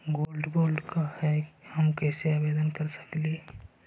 Gold bond का है, हम कैसे आवेदन कर सकली ही?